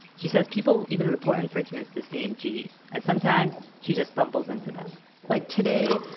she says people even report infringements to cmg. and sometimes, she just stumbles into them like today,